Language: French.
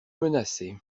menacé